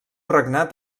regnat